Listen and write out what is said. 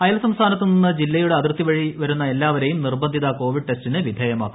അയൽ സംസ്ഥാനത്തുനിന്ന് ജില്ലയുടെ അതിർത്തി വഴി വരുന്ന എല്ലാവരെയും നിർബന്ധിത കോവിഡ് ടെസ്റ്റിന് വിധേയമാക്കും